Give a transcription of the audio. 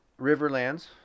Riverlands